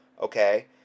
okay